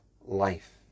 life